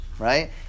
Right